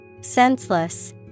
Senseless